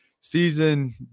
season